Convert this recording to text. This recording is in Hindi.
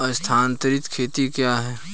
स्थानांतरित खेती क्या है?